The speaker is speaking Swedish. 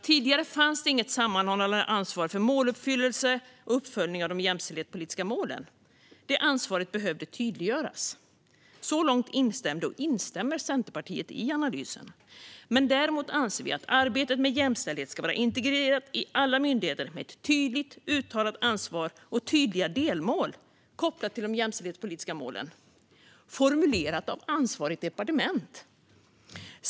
Tidigare fanns det inget sammanhållande ansvar för måluppfyllelse och uppföljning av de jämställdhetspolitiska målen. Det ansvaret behövde tydliggöras. Så långt instämde och instämmer Centerpartiet i analysen. Vi anser däremot att arbetet med jämställdhet ska vara integrerat i alla myndigheter med ett tydligt uttalat ansvar och tydliga delmål som kopplas till de jämställdhetspolitiska målen, formulerade av ansvarigt departement.